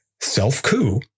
self-coup